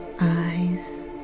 eyes